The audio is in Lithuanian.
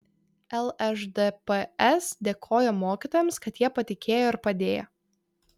lšdps dėkojo mokytojams kad jie patikėjo ir padėjo